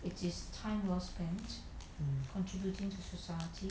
mm